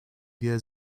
wir